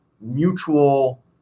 mutual